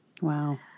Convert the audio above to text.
Wow